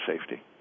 safety